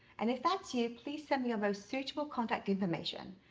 and if that's you, please send me your most suitable contact information,